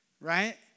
right